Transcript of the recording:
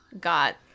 got